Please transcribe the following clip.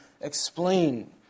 explain